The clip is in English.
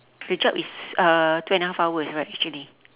the job is uh two and a half hours right actually